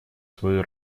свою